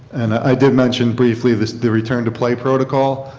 and i did mention briefly the the return to play protocol.